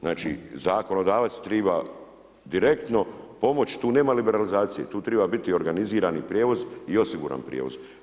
Znači zakonodavac triba direktno pomoći, tu nema liberalizacije, tu triba biti organizirani prijevoz i osiguran prijevoz.